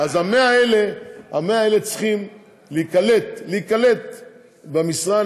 אז ה-100 האלה צריכים להיקלט במשרה,